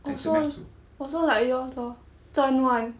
also also like yours lor 蒸 [one]